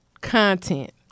content